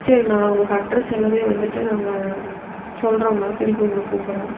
சரிங்கண்ணா நான் உங்களுக்கு அட்ரஸ் எல்லாமே வந்துட்டு நாங்கள் சொல்கிறோங்கண்ணா திருப்பி உங்களை கூப்பிட்றோம்